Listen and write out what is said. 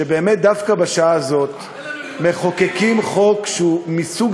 שבאמת דווקא בשעה הזאת מחוקקים חוק שהוא מסוג